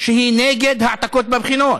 שהיא נגד העתקות בבחינות.